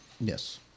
Yes